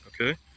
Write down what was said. okay